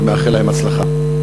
ומאחל להם הצלחה.